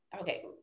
okay